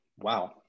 Wow